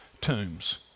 tombs